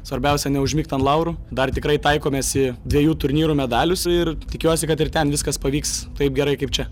svarbiausia neužmigt ant laurų dar tikrai taikomės į dviejų turnyrų medalius ir tikiuosi kad ir ten viskas pavyks taip gerai kaip čia